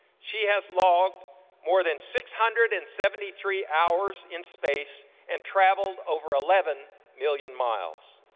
she has logged more than six hundred and seventy three hours in space and traveled over eleven million miles.